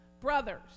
brothers